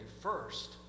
first